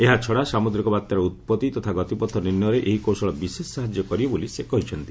ଏହାଛଡା ସାମୁଦ୍ରିକ ବାତ୍ୟାର ଉତ୍ପତ୍ତି ତଥା ଗତିପଥ ନିର୍ଣ୍ଣୟର ଏହି କୌଶଳ ବିଶେଷ ସାହାଯ୍ୟ କରିବ ବୋଲି ସେ କହିଛନ୍ତି